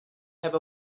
have